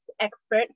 expert